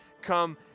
Come